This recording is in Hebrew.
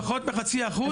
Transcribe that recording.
פחות מחצי אחוז?